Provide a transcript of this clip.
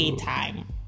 time